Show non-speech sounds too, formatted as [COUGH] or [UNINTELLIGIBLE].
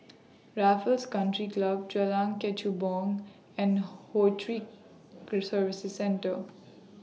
Raffles Country Club Jalan Kechubong and [UNINTELLIGIBLE] Services Centre